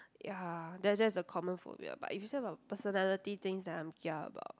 ya that's just the common phobia but if you say about personality things that I'm kia about